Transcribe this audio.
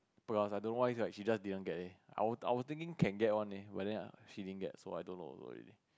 plus I don't know why like she just didn't get leh I was I was thinking can get one leh but then she didn't get so I don't know also already